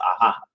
aha